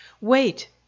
Wait